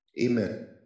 Amen